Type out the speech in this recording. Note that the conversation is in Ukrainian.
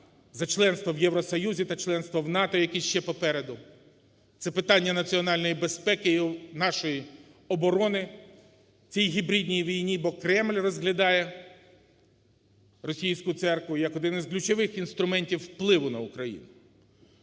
за членство в Євросоюзі та членство в НАТО, які ще попереду. Це питання національної безпеки і нашої оборони в цій гібридній війні, бо Кремль розглядає російську церкву як один із ключових інструментів впливу на Україну.